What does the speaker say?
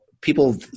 people